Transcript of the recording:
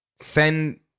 send